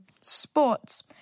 Sports